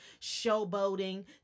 showboating